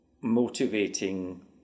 motivating